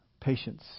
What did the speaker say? patience